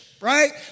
right